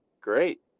Great